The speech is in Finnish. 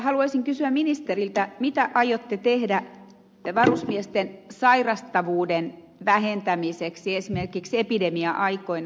haluaisin kysyä ministeriltä mitä aiotte tehdä varusmiesten sairastavuuden vähentämiseksi esimerkiksi epidemia aikoina